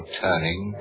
turning